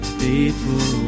faithful